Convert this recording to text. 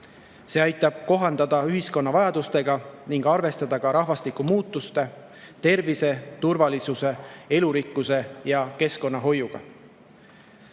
See aitab kohandada [ruumi] ühiskonna vajadustega ning arvestada ka rahvastikumuutuste, tervise, turvalisuse, elurikkuse ja keskkonnahoiuga.